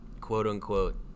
quote-unquote